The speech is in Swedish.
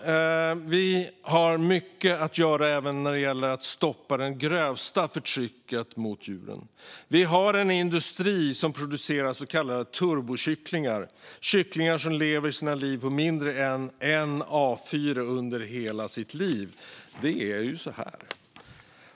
Vi har mycket att göra även när det gäller att stoppa det grövsta förtrycket mot djuren. Vi har en industri som producerar så kallade turbokycklingar, kycklingar som lever sina liv på mindre yta än en A4 under hela sina liv.